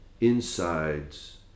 insides